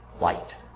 light